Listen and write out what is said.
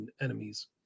enemies